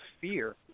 fear